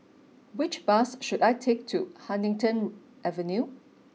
which bus should I take to Huddington Avenue